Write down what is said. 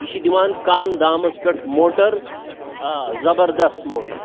یہِ چھِ دِوان کم دامس پٮ۪ٹھ موٹر آ زبردس موٹر